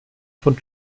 von